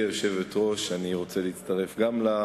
גברתי היושבת-ראש, גם אני רוצה להצטרף לברכות,